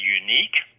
unique